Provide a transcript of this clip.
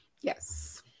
yes